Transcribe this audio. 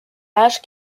lâche